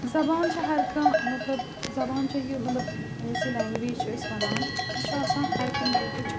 زَبان چھِ ہَرٕ کانٛہہ مطلب زَبان چھےٚ یہِ مطلب یۄس یہِ لینٛگویج چھِ أسۍ وَنان یہِ چھُ آسان ہَرٕ کُنہِ مُلکٕچ